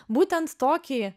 būtent tokį